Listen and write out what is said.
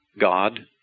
God